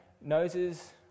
noses